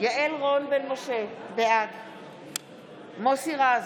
יעל רון בן משה, בעד מוסי רז,